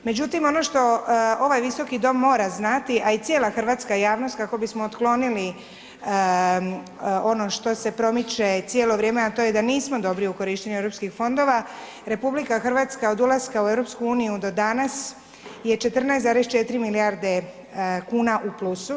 Međutim, ono što ovaj Visoki dom mora znati, a i cijela hrvatska javnost, kako bismo otklonili, ono što se promiče cijelo vrijeme, a to je da nismo dobri u korištenju europskih fondova, RH, od ulaska u EU, do danas, je 14,4 milijarde kuna u plusu.